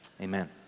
Amen